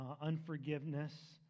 unforgiveness